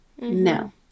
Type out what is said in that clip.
no